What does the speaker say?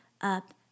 up